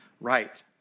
right